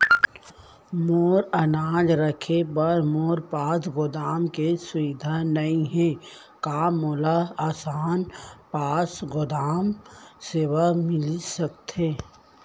मोर अनाज रखे बर मोर पास गोदाम के सुविधा नई हे का मोला आसान पास गोदाम सेवा मिलिस सकथे?